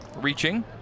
reaching